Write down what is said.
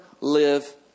live